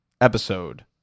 episode